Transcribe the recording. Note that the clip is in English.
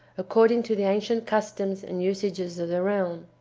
according to the ancient customs and usages of the realm.